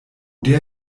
der